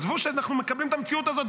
עזבו שאנחנו מקבלים את המציאות הזאת,